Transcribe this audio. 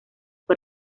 fue